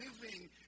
living